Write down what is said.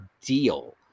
deal